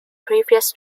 previous